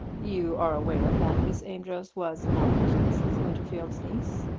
you are aware that miss amedroz was not mrs. winterfield's niece?